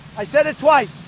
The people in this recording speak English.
i said it twice.